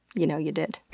you know you did.